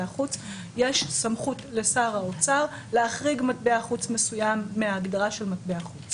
החוץ" יש סמכות לשר האוצר להחריג מטבע חוץ מסוים מההגדרה של מטבע חוץ